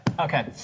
Okay